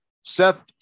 Seth